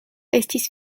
estis